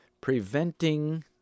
preventing